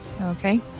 Okay